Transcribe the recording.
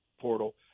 portal